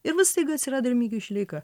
ir vat staiga atsirado remigijus šileika